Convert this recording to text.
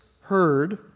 heard